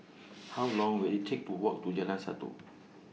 How Long Will IT Take to Walk to Jalan Satu